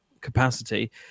capacity